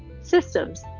systems